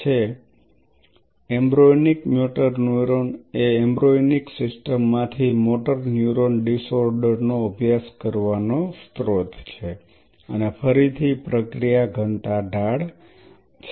EMN embryonic motor neuron એ embryonic સિસ્ટમમાંથી motor neuron disorder નો અભ્યાસ કરવાનો સ્ત્રોત છે અને ફરીથી પ્રક્રિયા ઘનતા ઢાળ છે